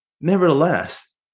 Nevertheless